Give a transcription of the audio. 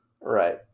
Right